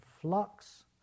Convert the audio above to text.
flux